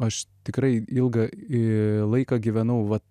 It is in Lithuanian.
aš tikrai ilgą laiką gyvenau vat